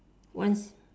one